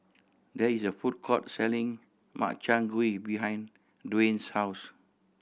there is a food court selling Makchang Gui behind Dwain's house